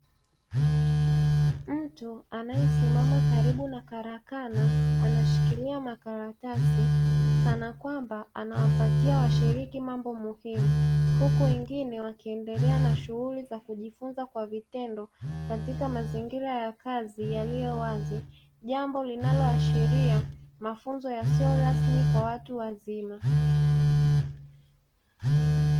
Mtu anayesimama karibu na kalakana, anashikilia makaratasi kana kwamba anawapatia washiriki mambo muhimu huku wengine wakiendelea na shughuli za kujifunza kwa vitendo katika mazingira ya kazi yalio wazi, jambo linaloashiria mafunzo yasio rasmi kwa watu wazima.